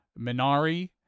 minari